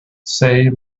say